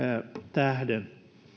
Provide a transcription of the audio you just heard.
tähden